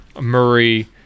Murray